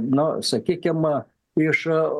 nu sakykim iš